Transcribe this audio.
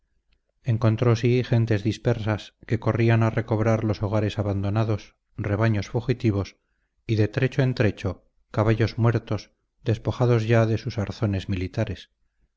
encontró sí gentes dispersas que corrían a recobrar los hogares abandonados rebaños fugitivos y de trecho en trecho caballos muertos despojados ya de sus arzones militares